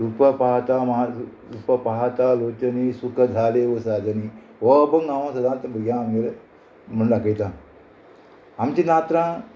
रुप पाहात म्हज् रुप पाहाता लोचणी सुख जाले व साजनी हो अभंग सदांच भुरग्यां आमगेले म्हणून दाखयता आमची नात्रां